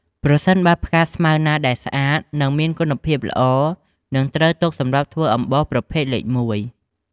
ប្រសិនបើផ្កាស្មៅណាដែលស្អាត និងមានគុណភាពល្អ នឹងត្រូវទុកសម្រាប់ធ្វើអំបោសប្រភេទលេខ១។